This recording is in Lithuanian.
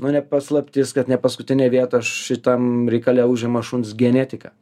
nu ne paslaptis kad ne paskutinę vietą šitam reikale užima šuns genetika